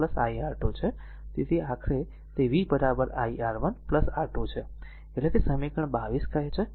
તેથી આખરે તે v i R1 R2 છે એટલે કે સમીકરણ 22 કહે છે